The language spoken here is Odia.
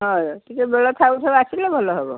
ହଁ ଟିକେ ବେଳ ଥାଉ ଥାଉ ଆସିଲେ ଭଲ ହେବ